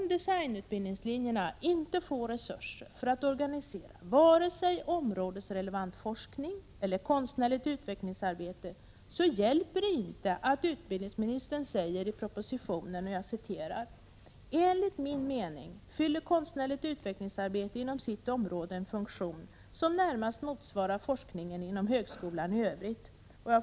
Om designutbildningslinjerna inte får resurser för att 26 maj 1987 organisera vare sig områdesrelevant forskning eller konstnärligt utvecklingsarbete, hjälper det inte att utbildningsministern säger i propositionen: ”Enligt min mening fyller konstnärligt utvecklingsarbete inom sitt område en funktion som närmast motsvarar forskningen inom högskolan i övrigt.